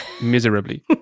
miserably